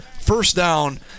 first-down